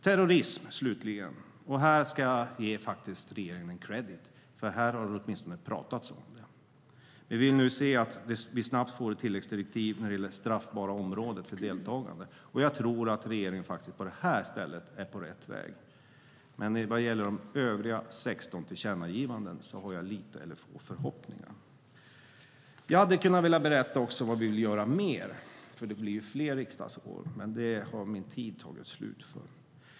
När det slutligen gäller terrorism ska jag faktiskt ge regeringen kredit, för det här har det åtminstone pratats om. Vi vill nu se att vi snabbt får tilläggsdirektiv när det gäller det straffbara området för deltagande, och jag tror att regeringen är på rätt väg på det här stället. Vad gäller de övriga 16 tillkännagivandena har jag dock få förhoppningar. Jag hade kunnat berätta vad vi vill göra mer - det blir ju fler riksdagsår - men min talartid har tagit slut.